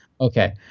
Okay